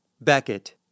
beckett